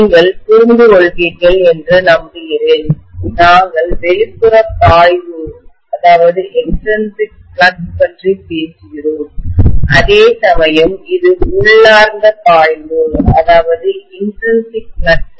நீங்கள் புரிந்துகொள்வீர்கள் என்று நம்புகிறேன் நாங்கள் வெளிப்புறப் பாய்வுஎக்ஸ்ட்ரீன்சிக் ஃப்ளக்ஸ் பற்றி பேசுகிறோம் அதேசமயம் இது உள்ளார்ந்த பாய்வு இன்ட்ரீன்சிக் ஃப்ளக்ஸ் ஆகும்